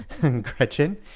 Gretchen